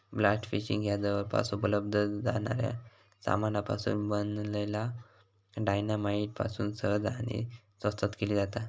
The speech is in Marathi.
ब्लास्ट फिशिंग ह्या जवळपास उपलब्ध जाणाऱ्या सामानापासून बनलल्या डायना माईट पासून सहज आणि स्वस्तात केली जाता